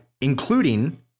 including